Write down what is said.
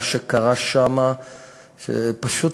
מה שקרה שם זה שפשוט